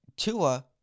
Tua